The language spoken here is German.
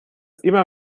immer